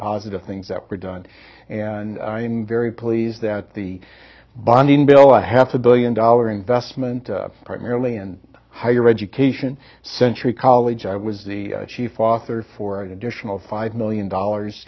positive things that were done and very pleased that the bonding bill a half a billion dollar investment primarily in higher education century college i was the chief author for an additional five million dollars